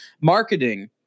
marketing